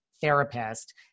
therapist